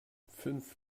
fünf